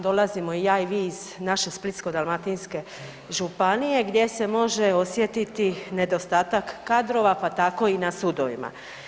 Dolazimo i ja i vi iz naše Splitsko-dalmatinske županije gdje se može osjetiti nedostatak kadrova pa tako i na sudovima.